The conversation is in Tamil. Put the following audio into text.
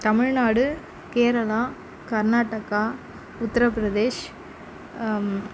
தமிழ்நாடு கேரளா கர்நாடகா உத்திரபிரதேஷ்